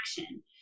action